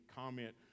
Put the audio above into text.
comment